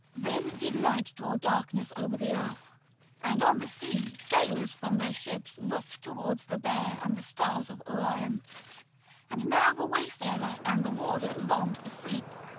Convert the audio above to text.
then did night draw darkness over the earth and on the sea sailors from their ships looked towards the bear and the stars of orion and now the wayfarer and the warder longed for sleep,